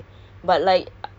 ya but like